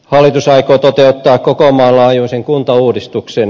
hallitus aikoo toteuttaa koko maan laajuisen kuntauudistuksen